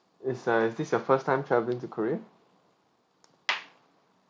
it's uh is this your first time travelling to korea